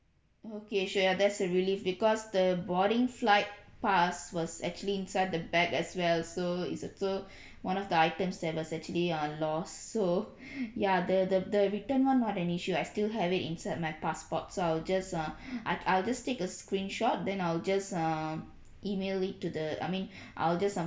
okay sure ya that's a relief because the boarding flight pass was actually inside the bag as well so it's a so one of the items that was actually uh lost so ya the the the return one not an issue I still have it inside my passport so I'll just uh I'll I'll just take a screenshot then I'll just um email it to the I mean I'll just um